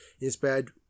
inspired